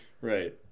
Right